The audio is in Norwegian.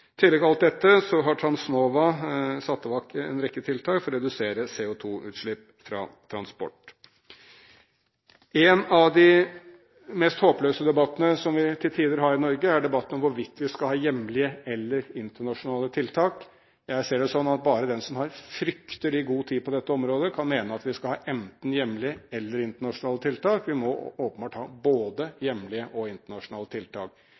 alt dette har Transnova satt i gang en rekke tiltak for å redusere CO2-utslipp fra transport. En av de mest håpløse debattene som vi til tider har i Norge, er debatten om hvorvidt vi skal ha hjemlige eller internasjonale tiltak. Jeg ser det sånn at bare den som har fryktelig god tid på dette området, kan mene at vi skal ha enten hjemlige eller internasjonale tiltak. Vi må åpenbart ha både hjemlige og internasjonale tiltak.